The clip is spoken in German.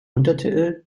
untertitel